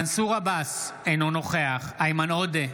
מנסור עבאס, אינו נוכח איימן עודה,